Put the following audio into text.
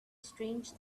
strange